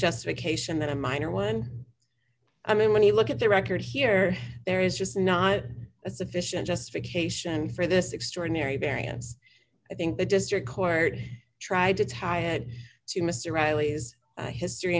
justification than a minor one i mean when you look at the record here there is just not a sufficient justification for this extraordinary variance i think the district court tried to tie it to mr riley's history